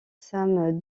sam